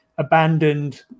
Abandoned